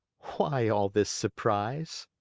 why all this surprise?